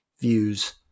views